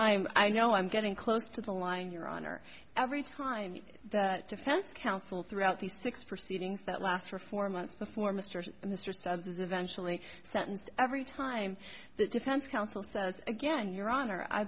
i'm i know i'm getting close to the line your honor every time the defense counsel throughout these six proceedings that last for four months before mr mr stubbs is eventually sentenced every time the defense counsel says again your honor i